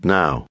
now